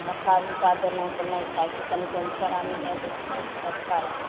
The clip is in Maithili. झट्टा भूसा देलहुँ तऽ नहि खाय छै तनिक ओइमे चारा मिलाय दै छियै तब खाय छै